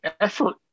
effort